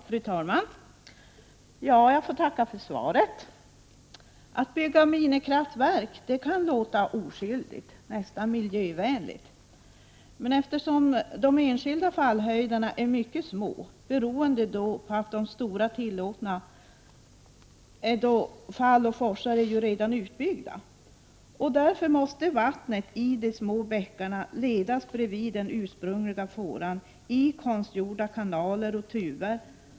Fru talman! Jag tackar för svaret. Att bygga minikraftverk kan låta oskyldigt, nästan miljövänligt, men eftersom de enskilda fallhöjderna är mycket små — beroende på att alla stora tillåtna fall och forsar redan är utbyggda — måste vattnet i de små bäckarna ledas i konstgjorda kanaler och tuber bredvid den ursprungliga fåran.